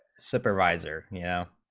supervisor yeah